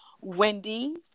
Wendy